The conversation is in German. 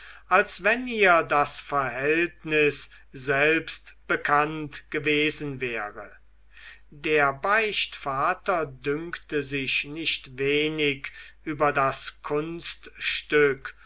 als wenn ihr das verhältnis selbst bekannt gewesen wäre der beichtvater dünkte sich nicht wenig über das kunststück